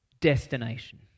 destination